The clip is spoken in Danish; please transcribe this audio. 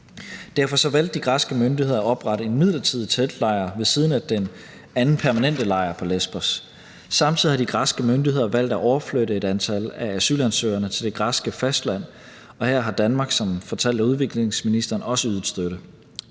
Derfor valgte de græske myndigheder at oprette en midlertidig teltlejr ved siden af den anden permanente lejr på Lesbos. Samtidig har de græske myndigheder valgt at overflytte et antal af asylansøgerne til det græske fastland, og her har Danmark – som fortalt af udviklingsministeren – også ydet støtte.